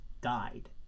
died